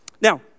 Now